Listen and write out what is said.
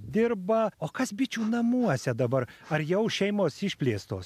dirba o kas bičių namuose dabar ar jau šeimos išplėstos